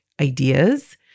ideas